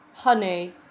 Honey